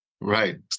Right